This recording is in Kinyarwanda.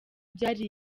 vyari